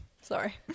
Sorry